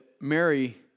Mary